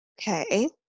Okay